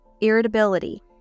irritability